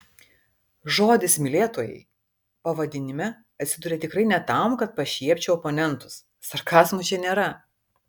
žodis mylėtojai pavadinime atsidūrė tikrai ne tam kad pašiepčiau oponentus sarkazmo čia nėra